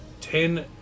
Ten